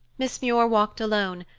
miss muir walked alone,